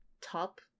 top